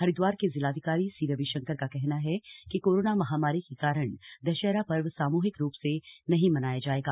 हरिद्वार के जिलाधिकारी सी रविशंकर का कहना है कि कोरोना महामारी के कारण दशहरा पर्व सामूहिक रूप से नहीं मनाया जाएगा